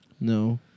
No